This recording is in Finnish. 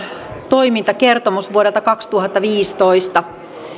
toimintakertomus vuodelta kaksituhattaviisitoista